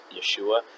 Yeshua